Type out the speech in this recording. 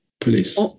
please